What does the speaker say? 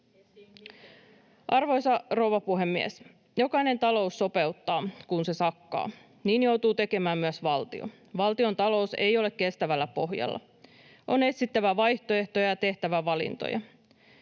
Arvoisa rouva puhemies! Jokainen talous sopeuttaa, kun se sakkaa. Niin joutuu tekemään myös valtio. Valtiontalous ei ole kestävällä pohjalla. On etsittävä vaihtoehtoja ja tehtävä valintoja.